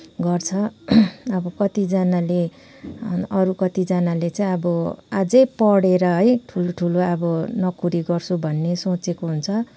गर्छ अब कतिजनाले अरू कतिजनाले चाहिँ अब अझै पढेर है ठुलो ठुलो अब नोकरी गर्छु भन्ने सोचेको हुन्छ